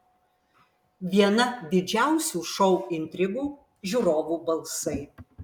viena didžiausių šou intrigų žiūrovų balsai